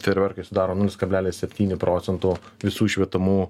fejerverkai sudaro nulis kablelis septyni procentų visų išvetamų